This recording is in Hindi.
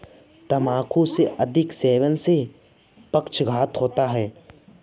तंबाकू के अधिक सेवन से पक्षाघात होता है